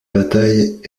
bataille